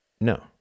No